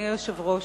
אדוני היושב-ראש,